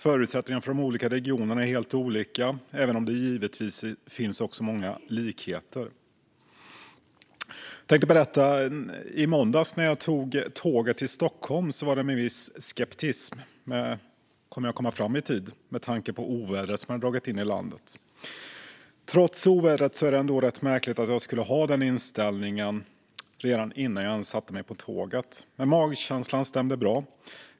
Förutsättningarna för de olika regionerna är helt olika, även om det givetvis också finns många likheter. I måndags när jag tog tåget till Stockholm var det med viss skepsis, med tanke på ovädret som hade dragit in i landet - skulle jag komma fram i tid? Trots ovädret är det rätt märkligt att jag skulle ha den inställningen redan innan jag ens hade satt mig på tåget. Men magkänslan stämde bra.